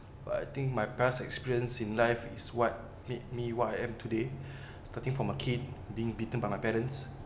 but I think my past experience in life is what made me what I am today starting from a kid being beaten by my parents